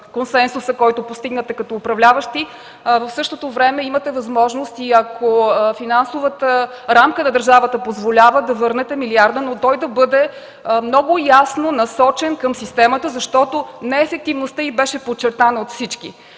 консенсуса, който постигнете като управляващи. В същото време имате възможност и ако финансовата рамка на държавата позволява, да върнете милиарда, но той да бъде много ясно насочен към системата, защото неефективността й беше подчертана от всички.